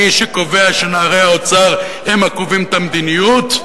מי שקובע שנערי האוצר הם הקובעים את המדיניות,